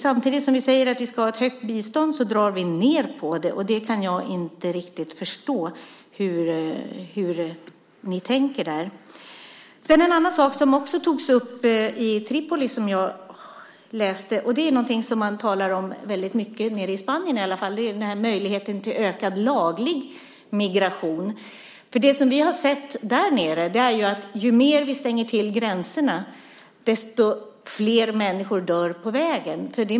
Samtidigt som ni säger att vi ska ha ett högt bistånd drar ni ned på det. Jag kan inte riktigt förstå hur ni tänker där. En annan sak som jag läste om Tripoli är något som man i alla fall talar väldigt mycket om nere i Spanien, nämligen möjligheten till ökad laglig migration. Det som vi har sett därnere är att ju mer vi stänger till gränserna, desto flera människor dör på vägen.